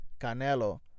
Canelo